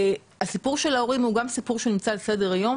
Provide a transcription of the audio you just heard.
הסיפור של ההורים הוא גם סיפור שנמצא על סדר היום,